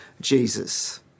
Jesus